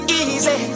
easy